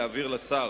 להעביר לשר